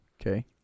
Okay